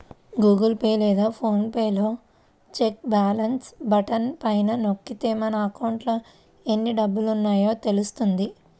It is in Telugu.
గూగుల్ పే లేదా ఫోన్ పే లో చెక్ బ్యాలెన్స్ బటన్ పైన నొక్కితే మన అకౌంట్లో ఎన్ని డబ్బులున్నాయో తెలుస్తుంది